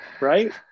right